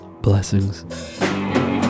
Blessings